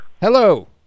Hello